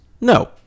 no